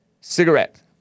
cigarette